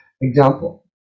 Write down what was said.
example